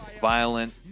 violent